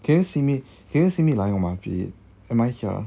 can you see me can you see me lying on my bed am I here